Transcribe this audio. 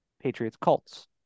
Patriots-Colts